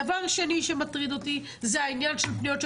דבר שני שמטריד אותי זה העניין של פניות של